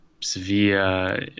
Sevilla